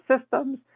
systems